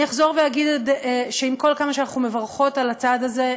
אני אחזור ואגיד שעם כל כמה שאנחנו מברכות על הצעד הזה,